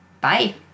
Bye